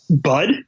Bud